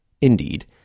Indeed